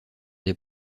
des